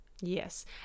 Yes